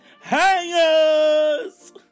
hangers